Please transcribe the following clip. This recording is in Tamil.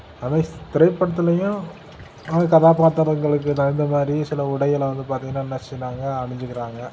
ரமேஸ் திரைப்படத்திலையும் அவங்க கதாப் பாத்திரங்களுக்கு தகுந்த மாதிரி சில உடைகளை வந்து பார்த்திங்கன்னா என்ன செய்கிறாங்க அணிஞ்சிக்கிறாங்க